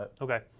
okay